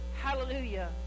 hallelujah